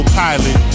pilot